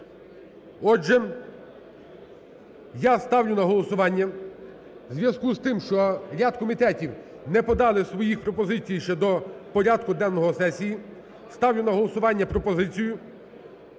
Отже, я ставлю на голосування в зв’язку з тим, що ряд комітетів не подали своїх пропозицій щодо порядку денного сесії, ставлю на голосування пропозицію